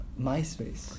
MySpace